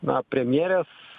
na premjerės